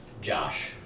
Josh